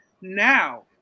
Now